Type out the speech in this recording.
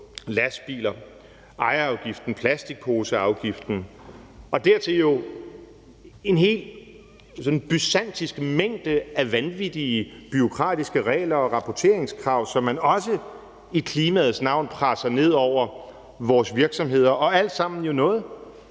lastbiler, ejerafgiften, plastikposeafgiften, og dertil kommer jo også en sådan helt babylonsk mængde af vanvittige bureaukratiske regler og rapporteringskrav, som man også i klimaets navn presser ned over vores virksomheder, hvilket jo alt sammen bare